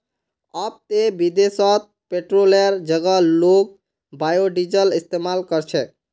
अब ते विदेशत पेट्रोलेर जगह लोग बायोडीजल इस्तमाल कर छेक